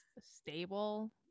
stable